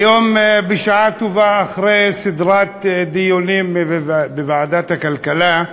היום, בשעה טובה, אחרי סדרת דיונים בוועדת הכלכלה,